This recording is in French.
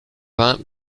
vingt